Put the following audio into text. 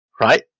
right